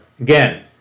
Again